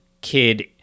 kid